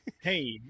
Hey